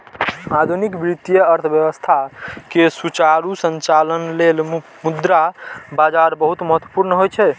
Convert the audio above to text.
आधुनिक वित्तीय अर्थव्यवस्था के सुचारू संचालन लेल मुद्रा बाजार बहुत महत्वपूर्ण होइ छै